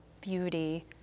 beauty